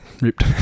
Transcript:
ripped